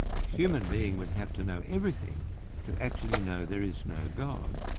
a human being would have to know everything to actually know there is no god!